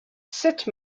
sept